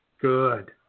good